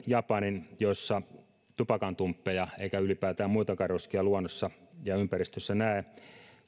japanin jossa tupakantumppeja eikä ylipäätään muitakaan roskia luonnossa ja ympäristössä näe